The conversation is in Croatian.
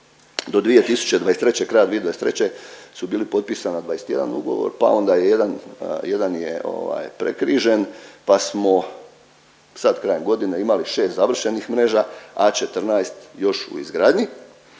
do 2023., kraja 2023. su bili potpisana 21 ugovor, pa onda je jedan, jedan je ovaj prekrižen, pa smo sad krajem godine imali 6 završenih mreža, a 14 još u izgradnji